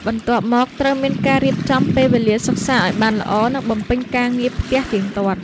បន្ទាប់់មកត្រូវមានការរៀបចំពេលវេលាសិក្សាឲ្យបានល្អ និងបំពេញការងារផ្ទះទៀងទាត់។